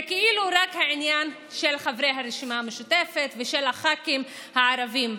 זה כאילו רק העניין של הרשימה המשותפת ושל הח"כים הערבים.